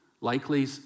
Likely